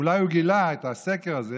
אולי הוא גילה את הסקר הזה